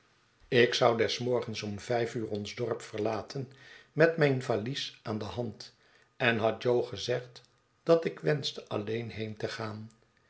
ik zou des morgens om vijf uur ons dorp verlaten met mijn valies aan de hand en had jo gezegd dat ik wenschte alleen heen te gaan